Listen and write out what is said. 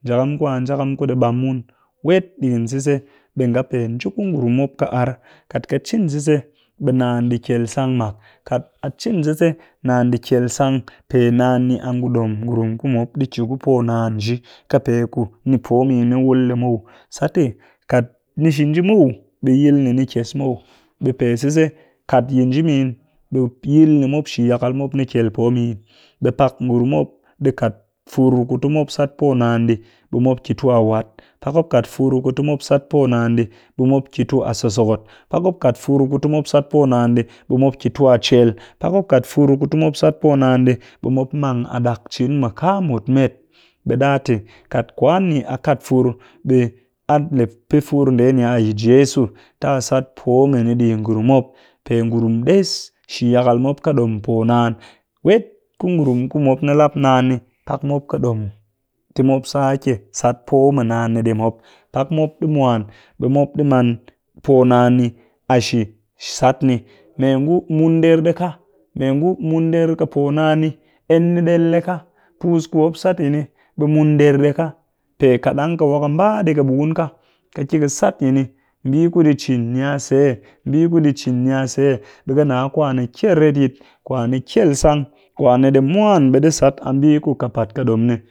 Njakam ku a njakam ku ni pe ɓam mun. wet digin sise ɓe nga pe nji ku ngurum mop ka ar kat ka cin sise naan pe kyel sang mak kat a cin sise ɓe naan ɗi kyel sang, pe naan ni a ngu ɗom ngurum ku mop ɗi ki ku poo naan nji ka pe ku poo min ni wul ɗi muw, sat te “kat ni shi nji muw ɓe yil ni ni kyes muw” ɓe pe sise, kat yi nji min ɓe yil ni mop shi yakal mop ni kyel poo min ɓe pak ngurum mop dikat fur ku ti mop sat poo naan ɗi ɓe mop ki tu a waat. pak mop kat fur ku mop ti mop sat poo naan ɗi, ɓe mop mop ki a yi so sokot. pak mop kat fur ku ti mop sat poo naan ɗi ɓe mop ki tu a cel, ɓe mop mang a ɗak cin mu kaa mut met, ɓe ɗa te "kat kwan a kat fur ɓe a pɨ fur ndee ni a yi jeso ti a sat poo mini ɗi yi ngurum mop, pe ngurum mop ɗes shi yakal mop kaɗom poo naan wet ku ngurum ku mop ni lap naan ni kap mop ka ɗom ti mop sake sat poo naan ɗi mop, pak mop ɗi mwaan ɓe mop ɗi man poo naan ni a shiit sat ni me ngu mun nder ɗi ka me ngu mun nder ka poo naan ni, en ni ɗel ɗi ka puus ku mop sat yini ɓe mun nder ɗika pe kat ɗang ka wa ka mba ka bukun ka, ka ki ka sat yini mɓii ku ɗi cin ni se, mɓii ku ɗi cin niase, ɓe ka nna kwani kyel retyit, kwani ɗi kyel sang, kwani di mwan ɓe ɗi sat a mɓii ku kɨpaat po ɗom ni.